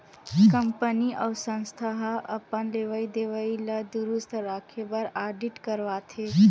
company अउ संस्था ह अपन लेवई देवई ल दुरूस्त राखे बर आडिट करवाथे